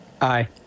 Aye